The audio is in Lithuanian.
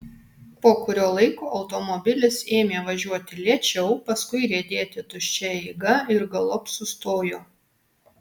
po kurio laiko automobilis ėmė važiuoti lėčiau paskui riedėti tuščia eiga ir galop sustojo